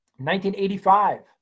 1985